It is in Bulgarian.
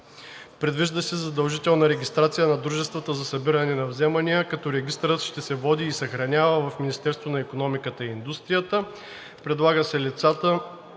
Предвижда се задължителна регистрация на дружествата за събиране на вземания, като регистърът ще се води и съхранява в Министерството на икономиката и индустрията. Предлага се лицата,